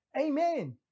Amen